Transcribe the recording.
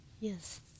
Yes